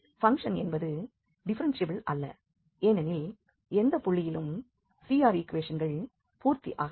function என்பது differentiable அல்ல ஏனெனில் எந்த புள்ளியிலும் CR ஈக்குவேஷன்கள் பூர்த்தி ஆகாது